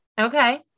Okay